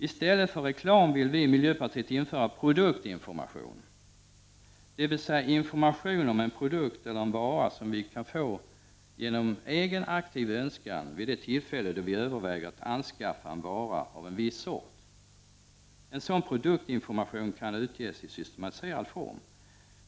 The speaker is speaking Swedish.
I stället för reklam vill vi i miljöpartiet införa produktinformation, dvs. information om en produkt eller en vara som vi kan få genom en egen aktiv åtgärd vid det tillfälle då vi överväger att anskaffa en vara av en viss sort. En sådan produktinformation kan utges i systematiserad form.